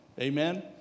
Amen